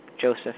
Joseph